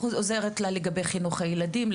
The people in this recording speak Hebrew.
עוזרת לה בחינוך הילדים,